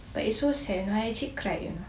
but it's so you know I actually cried you know